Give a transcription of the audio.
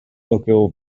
local